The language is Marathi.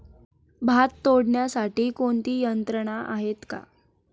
भात तोडण्यासाठी कोणती यंत्रणा आहेत का?